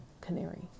canary